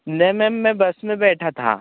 नहीं मैम मैं बस में बैठा था